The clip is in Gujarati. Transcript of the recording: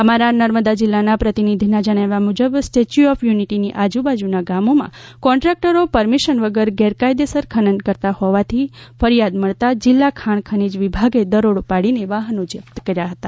અમારા નર્મદા જિલ્લાનાં પ્રતિનિધીનાં જણાવ્યા મુજબ સ્ટેચ્યુ ઓફ યુનિટીની આજુબાજુના ગામોમાં કોન્ટ્રાકટરો પરમીશન વગર ગેરકાયદેસર ખનન કરતાં હોવાથી ફરિયાદ મળતા જિલ્લા ખાણ ખનીજ વિભાગે દરોડો પાડીને વાહનો જપ્ત કર્યા હતાં